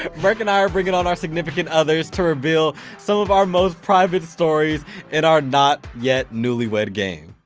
merk and i are bringing on our significant others to reveal some of our most private stories in our not yet newlywed game,